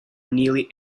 nearly